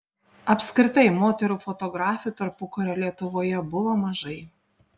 apskritai moterų fotografių tarpukario lietuvoje buvo mažai